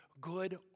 good